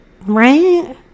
Right